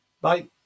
Bye